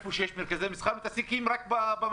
איפה שיש מרכזי מסחר מתעסקים רק במסכות.